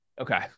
Okay